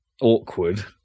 awkward